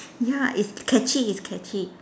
ya it's catchy it's catchy